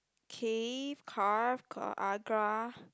cave carve car~ agra